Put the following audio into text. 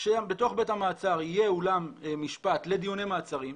שבתוך בית המעצר יהיה אולם משפט לדיוני מעצרים.